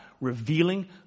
Revealing